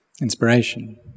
inspiration